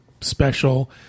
special